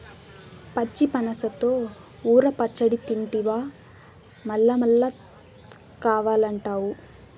పచ్చి పనసతో ఊర పచ్చడి తింటివా మల్లమల్లా కావాలంటావు